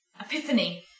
epiphany